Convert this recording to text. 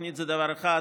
תוכנית זה דבר אחד,